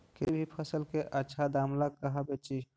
किसी भी फसल के आछा दाम ला कहा बेची?